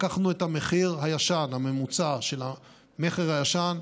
לקחנו את המחיר הישן, הממוצע של המכר הישן,